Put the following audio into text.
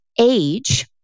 age